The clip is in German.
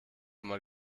wieder